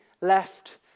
left